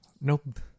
Nope